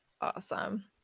awesome